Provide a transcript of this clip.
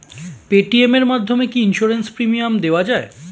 Paytm এর মাধ্যমে কি ইন্সুরেন্স প্রিমিয়াম দেওয়া যায়?